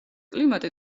კლიმატი